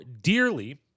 dearly